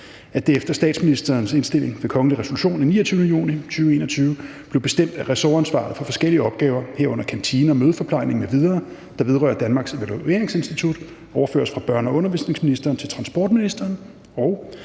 at det efter statsministerens indstilling ved kongelig resolution af 29. juni 2021 blev bestemt, at ressortansvaret for forskellige opgaver, herunder kantine og mødeforplejning m.v., der vedrører Danmarks Evalueringsinstitut, overføres fra børne- og undervisningsministeren til transportministeren, og